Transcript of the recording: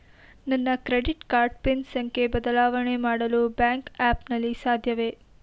ನನ್ನ credit card pin ಸಂಖ್ಯೆ ಬದಲಾವಣೆ ಮಾಡಲು ಬ್ಯಾಂಕ್ ಆ್ಯಪ್ ನಲ್ಲಿ ಸಾಧ್ಯವೇ?